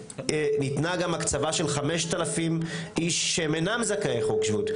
ניתנה גם הקצבה של 5,000 איש שהם אינם זכאי חוק שבות,